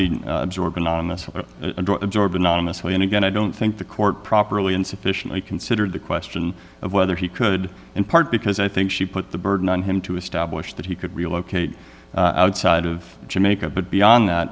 be absorbed anonymously and again i don't think the court properly insufficiently considered the question of whether he could in part because i think she put the burden on him to establish that he could relocate outside of jamaica but beyond that